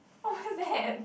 what's that